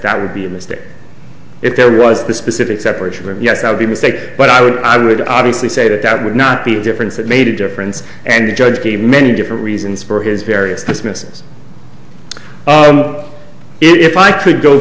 that would be a mistake if there was the specific separation yes i would be a mistake but i would i would obviously say that that would not be a difference that made a difference and the judge gave many different reasons for his various dismissals if i could go